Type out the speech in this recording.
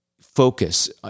Focus